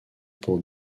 pour